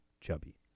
chubby